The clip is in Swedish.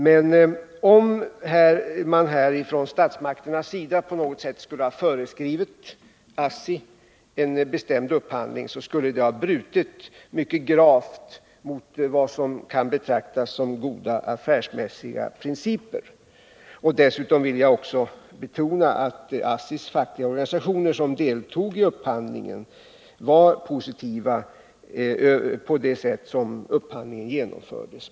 Men om statsmakterna här på något sätt skulle ha föreskrivit ASSI en bestämd upphandling, skulle det ha inneburit att man hade brutit mycket gravt mot vad som kan betraktas som goda affärsmässiga principer. Dessutom vill jag betona att ASSI:s fackliga organisationer, som deltog i upphandlingen, var positiva till det sätt på vilket upphandlingen genomfördes.